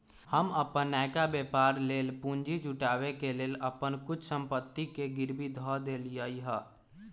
हम अप्पन नयका व्यापर लेल पूंजी जुटाबे के लेल अप्पन कुछ संपत्ति के गिरवी ध देलियइ ह